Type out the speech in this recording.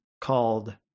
called